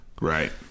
Right